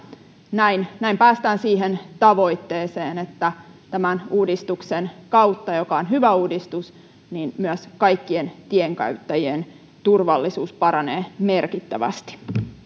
näin näin päästään siihen tavoitteeseen että tämän uudistuksen kautta joka on hyvä uudistus myös kaikkien tienkäyttäjien turvallisuus paranee merkittävästi